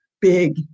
big